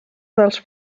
dels